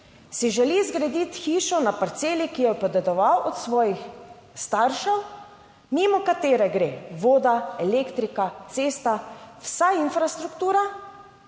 si želi zgraditi hišo na parceli, ki jo je podedoval od svojih staršev, mimo katere gre voda, elektrika, cesta, vsa infrastruktura,